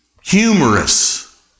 humorous